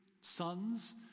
sons